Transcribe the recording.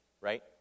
Right